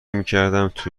میکردم، تو